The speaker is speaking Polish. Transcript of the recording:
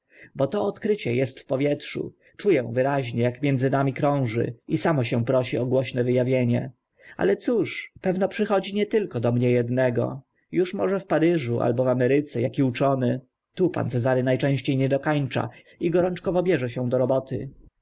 bo to odkrycie est w powietrzu czu ę wyraźnie ak między nami krąży i samo się prosi o głośne wy awienie ale cóż pewno przychodzi nie tylko do mnie ednego już może w paryżu albo w ameryce aki uczony tu pan cezary na częście nie kończy i gorączkowo bierze się do roboty